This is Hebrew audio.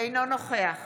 אינו נוכח